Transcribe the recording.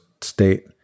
state